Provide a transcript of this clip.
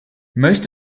most